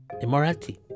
immorality